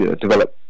develop